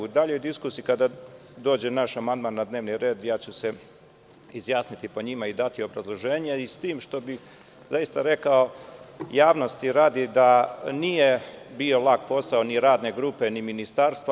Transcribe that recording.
U daljoj diskusiji, kada dođu naši amandmani na dnevni red, ja ću se izjasniti o njima i dati obrazloženje, s tim što bih zaista rekao, javnosti radi, da nije bio lak posao ni radne grupe ni Ministarstva.